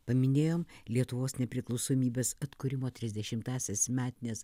paminėjom lietuvos nepriklausomybės atkūrimo trisdešimtąsias metines